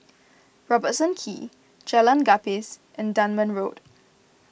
Robertson Quay Jalan Gapis and Dunman Road